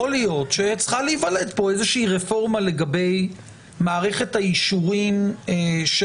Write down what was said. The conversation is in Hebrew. יכול להיות שצריכה להיוולד פה איזושהי רפורמה לגבי מערכת האישורים של